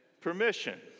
permission